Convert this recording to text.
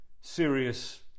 serious